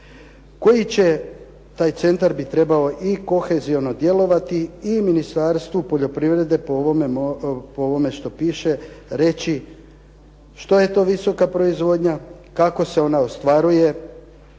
koji će, taj centar bi trebao i koheziono djelovati i Ministarstvu poljoprivrede po ovome što piše reći što je to visoka proizvodnja, kako se ona ostvaruje